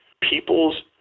people's